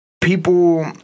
people